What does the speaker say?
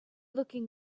looking